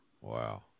wow